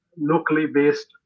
locally-based